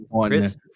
Chris